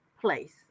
place